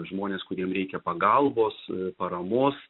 žmonės kuriem reikia pagalbos paramos